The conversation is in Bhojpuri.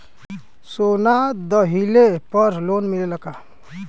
सोना दहिले पर लोन मिलल का?